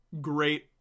great